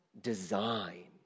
design